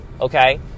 Okay